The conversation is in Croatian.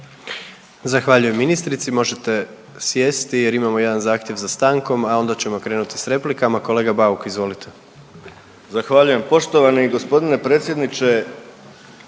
Zahvaljujem ministrici. Možete sjesti jer imamo jedan zahtjev za stankom, a onda ćemo krenuti s replikama. Kolega Bauk izvolite. **Bauk, Arsen (SDP)** Zahvaljujem. Poštovani g. predsjedniče.